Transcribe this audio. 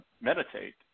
meditate